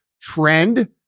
trend